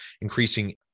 increasing